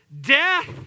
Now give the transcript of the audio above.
death